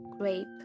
Grape